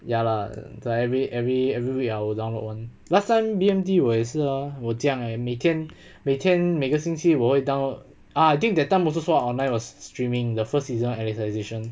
ya lah like like every every week I will download one last time B_M_T 我也是啊我这样每天每天每个星期我会 down ah I think that time also saw online was streaming the first season alicization